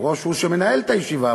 היושב-ראש הוא שמנהל את הישיבה,